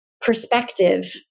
perspective